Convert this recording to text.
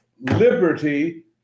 liberty